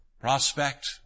prospect